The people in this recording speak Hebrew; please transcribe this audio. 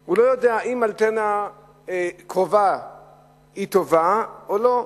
הוא לא יודע אם אנטנה קרובה היא טובה או לא.